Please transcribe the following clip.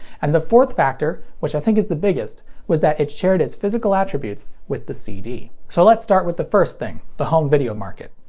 and the fourth factor which i think is the biggest was that it shared its physical attributes with the cd. so let's start with the first thing the home video market.